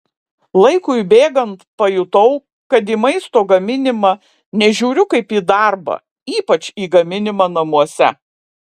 laikui bėgant pajutau kad į maisto gaminimą nežiūriu kaip į darbą ypač į gaminimą namuose